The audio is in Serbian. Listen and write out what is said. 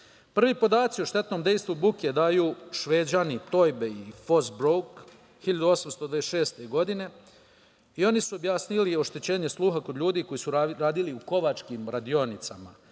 podaci o štetnom dejstvu buke daju Šveđani, Tojbe i Fozbrouk, 1826. godine. Oni su objasnili oštećenje sluha kod ljudi koji su radili u kovačkim radionicama.